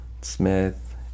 Smith